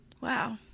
wow